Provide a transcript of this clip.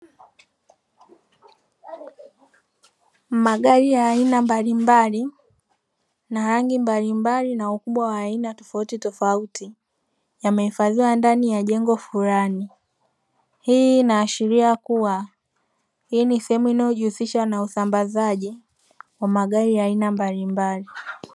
Magari ya aina mbalimbali na rangi mbalimbali na ukubwa wa aina tofautitofauti yamehifadhiwa ndani ya jengo fulani. Hii inaashiria kuwa hii ni sehemu inayojihusisha na usambazaji wa magari ya aina mbalimbali.